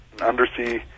undersea